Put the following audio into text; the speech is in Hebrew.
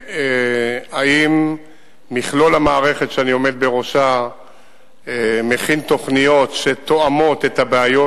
האם מכלול המערכת שאני עומד בראשה מכין תוכניות שתואמות את הבעיות?